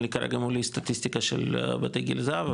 אין לי כרגע מולי סטטיסטיקה של בתי גיל הזהב,